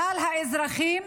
כלל האזרחים